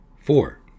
Four